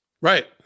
right